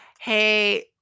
hey